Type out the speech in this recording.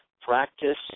practice